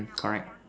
alright